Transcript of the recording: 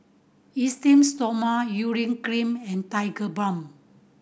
Esteem Stoma Urea Cream and Tigerbalm